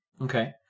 Okay